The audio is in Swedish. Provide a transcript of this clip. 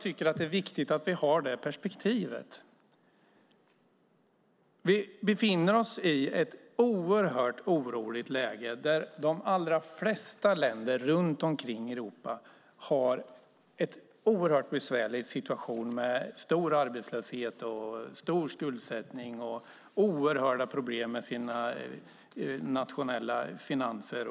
Det är viktigt att vi har perspektivet att vi befinner oss i ett oroligt läge där de allra flesta länder runt omkring i Europa har en oerhört besvärlig situation med stor arbetslöshet, stor skuldsättning och oerhörda problem med sina nationella finanser.